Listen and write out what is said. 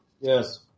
Yes